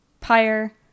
Pyre